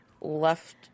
left